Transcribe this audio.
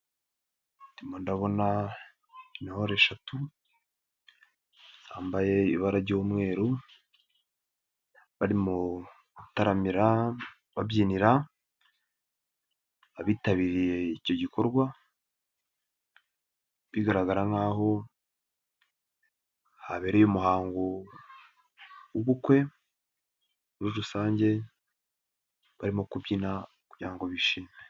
Ndimo ndabona intore eshatu bambaye ibara ry'umweru barimo gutaramira babyinira abitabiriye icyo gikorwa, bigaragara nk'aho habereye umuhango w'ubukwe muri rusange barimo kubyina kugira bishime.